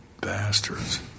bastards